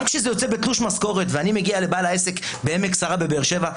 גם כשזה יוצא בתלוש משכורת ואני מגיע לבעל העסק בעמק שרה בבאר שבע,